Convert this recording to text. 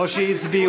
האוזר,